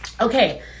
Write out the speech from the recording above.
Okay